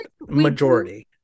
majority